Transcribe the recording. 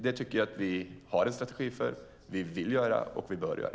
Det tycker jag att vi har en strategi för. Det vill vi göra och bör göra.